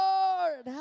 Lord